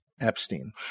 epstein